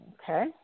Okay